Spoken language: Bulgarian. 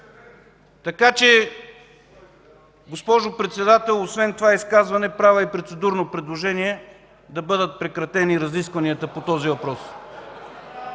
офицер? Госпожо Председател, освен това изказване, правя и процедурно предложение да бъдат прекратени разискванията по този въпрос.